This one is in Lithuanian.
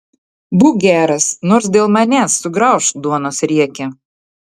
būk geras nors dėl manęs sugraužk duonos riekę